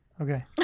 Okay